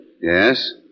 Yes